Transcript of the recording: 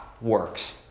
works